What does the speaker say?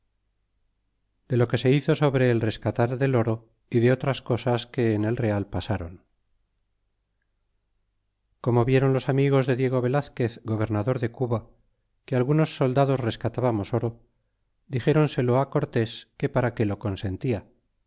de lo que se izo sobre el rescatar del oro y de otras cosas que en el real pasaron como viéron los amigos de diego velazquez gobernador de cuba que algunos soldados rescatábamos aro dixéronselo cortés que para qué lo consentia